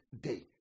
day